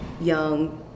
young